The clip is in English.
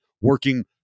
working